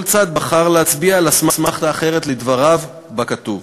כל צד בחר להצביע על אסמכתה אחרת לדבריו בכתוב.